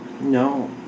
No